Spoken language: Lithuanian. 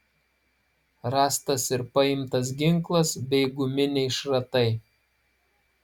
rastas ir paimtas ginklas bei guminiai šratai